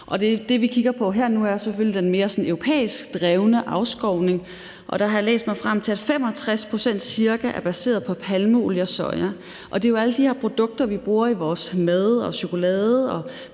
Det, vi kigger på her og nu, er selvfølgelig den sådan mere europæisk drevne afskovning. Der har jeg læst mig frem til, at 65 pct. cirka er baseret på palmeolie og soja. Det er jo alle de her produkter, vi bruger i vores mad og chokolade,